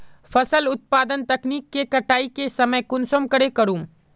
फसल उत्पादन तकनीक के कटाई के समय कुंसम करे करूम?